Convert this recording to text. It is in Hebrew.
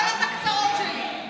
כמו החצאיות הקצרות שלי.